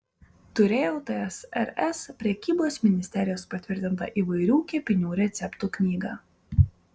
turėjau tsrs prekybos ministerijos patvirtintą įvairių kepinių receptų knygą